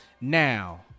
Now